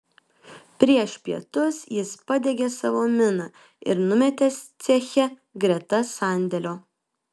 prieš pietus jis padegė savo miną ir numetė ceche greta sandėlio